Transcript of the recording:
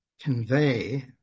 convey